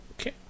Okay